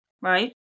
right